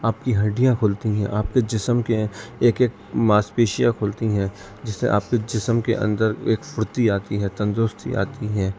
آپ کی ہڈیاں کھلتی ہیں آپ کے جسم کے ایک ایک مانس پیشیاں کھلتی ہیں جس سے آپ کے جسم کے اندر ایک پھرتی آتی ہے تندرستی آتی ہے